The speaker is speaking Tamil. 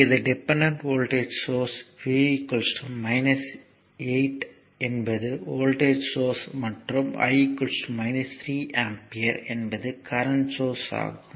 இது டிபெண்டன்ட் வோல்ட்டேஜ் சோர்ஸ் V 8 என்பது வோல்ட்டேஜ் சோர்ஸ் மற்றும் I 3 ஆம்பியர் என்பது கரண்ட் சோர்ஸ் ஆகும்